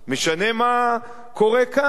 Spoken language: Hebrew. משנה מה קורה כאן,